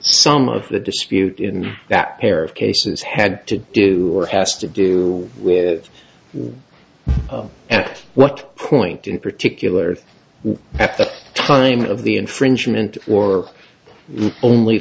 some of the dispute in that pair of cases had to do has to do with at what point in particular at the time of the infringement or only